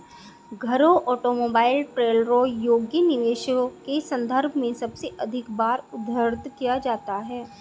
घरों, ऑटोमोबाइल, ट्रेलरों योग्य निवेशों के संदर्भ में सबसे अधिक बार उद्धृत किया जाता है